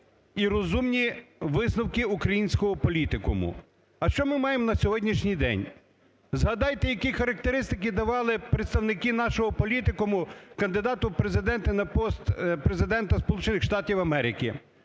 і розумні висновки українського політикуму. А що ми маємо на сьогоднішній день? Згадайте, які характеристики давали представники нашого політикуму кандидату в Президенти на пост Президента